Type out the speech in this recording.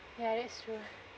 ya that's true